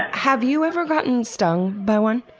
have you ever gotten stung by one?